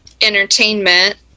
entertainment